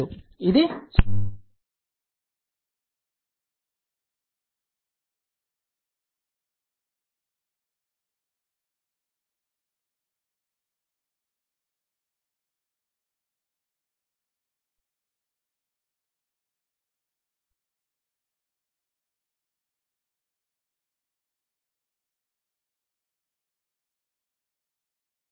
096 మరియు ఇది ఇక్కడ షార్ట్ చేయబడింది